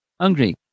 hungry